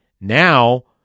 now